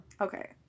okay